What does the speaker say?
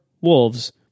wolves